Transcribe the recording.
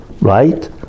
Right